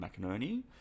McInerney